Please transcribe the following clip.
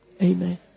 Amen